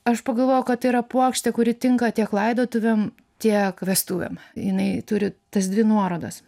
aš pagalvojau kad tai yra puokštė kuri tinka tiek laidotuvėm tiek vestuvėm jinai turi tas dvi nuorodas